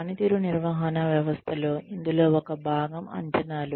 పనితీరు నిర్వహణ వ్యవస్థలో ఇందులో ఒక భాగం అంచనాలు